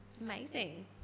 Amazing